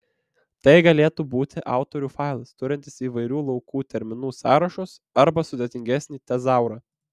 tai galėtų būti autorių failas turintis įvairių laukų terminų sąrašus arba sudėtingesnį tezaurą